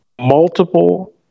multiple